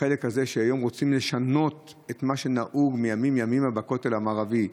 בחלק הזה שהיום רוצים לשנות את מה שנהוג מימים-ימימה בכותל המערבי,